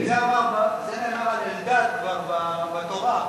זה נאמר כבר בתורה,